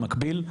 במקביל,